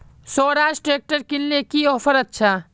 Swaraj tractor किनले की offer अच्छा?